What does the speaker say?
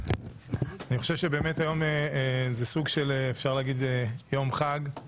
אני חושב שבאמת היום זה סוג של יום חג.